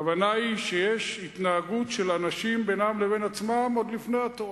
הכוונה היא שיש התנהגות של אנשים בינם לבין עצמם עוד לפני התורה,